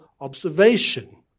observation